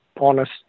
honest